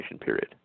period